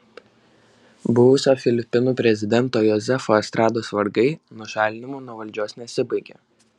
buvusio filipinų prezidento jozefo estrados vargai nušalinimu nuo valdžios nesibaigė